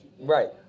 Right